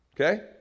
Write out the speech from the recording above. Okay